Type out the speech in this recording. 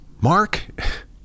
Mark